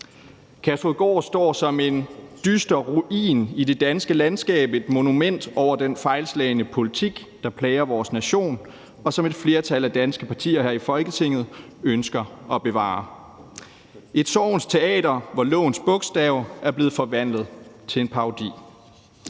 Kærshovedgård står som en dyster ruin i det danske landskab, et monument over den fejlslagne politik, der plager vores nation, og som et flertal af danske partier her i Folketinget ønsker at bevare – et sorgens teater, hvor lovens bogstav er blevet forvandlet til en parodi.